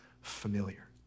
familiar